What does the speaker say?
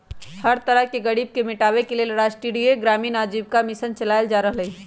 सब तरह से गरीबी मिटाबे के लेल राष्ट्रीय ग्रामीण आजीविका मिशन चलाएल जा रहलई ह